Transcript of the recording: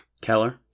Keller